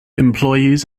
employees